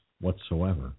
whatsoever